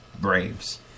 Braves